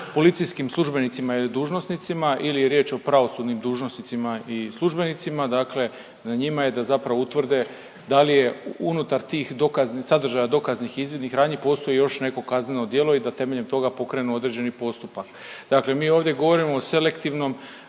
policijskim službenicima ili dužnosnicima ili je riječ o pravosudnim dužnosnicima i službenicima, dakle na njima je da zapravo utvrde da li je unutar tih dokaz… sadržaja dokaznih i izvidnih radnji postoji još neko kazneno djelo i da temeljem toga pokrenu određeni postupak. Dakle, mi ovdje govorimo o selektivnom